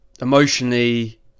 emotionally